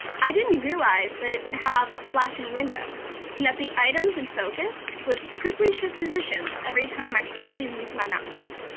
i didn't realize that it would have a flashing window and that the items in focus would quickly shift positions every time i slightly moved my mouse.